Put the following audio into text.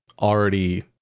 already